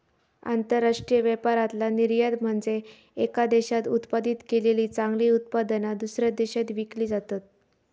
आंतरराष्ट्रीय व्यापारातला निर्यात म्हनजे येका देशात उत्पादित केलेली चांगली उत्पादना, दुसऱ्या देशात विकली जातत